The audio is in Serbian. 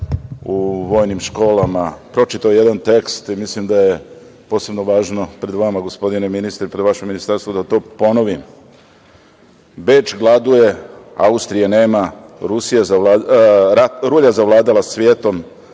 u vojnim školama, pročitao sam jedan tekst i mislim da je posebno važno i pred vama, gospodine ministre, pred vašim ministarstvom da to ponovim.„Beč gladuje, Austrije nema, rulja je zavladala svetom,